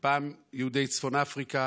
פעם יהודי צפון אפריקה,